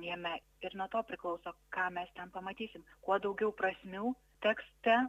jame ir nuo to priklauso ką mes ten pamatysim kuo daugiau prasmių tekste